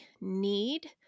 need